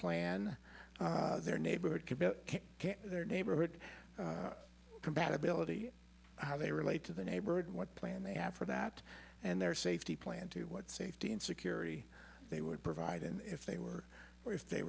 neighborhood their neighborhood compatibility how they relate to the neighborhood what plan they have for that and their safety plan to what safety and security they would provide and if they were or if they